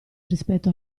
rispetto